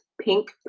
Pink